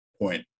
point